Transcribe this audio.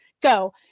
go